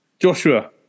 Joshua